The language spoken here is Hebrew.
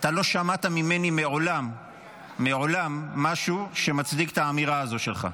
אתה לא שמעת ממני מעולם משהו שמצדיק את האמירה הזאת שלך.